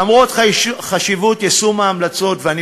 למרות חשיבות יישום ההמלצות, ואני